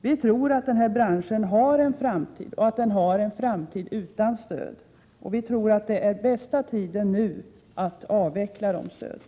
Vi tror att den här branschen har en framtid utan stöd, och vi tror att det nu är bästa tiden att avveckla stödet.